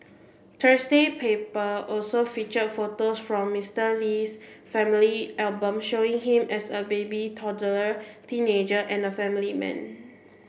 Thursday paper also featured photos from Mister Lee's family album showing him as a baby toddler teenager and family man